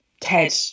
TED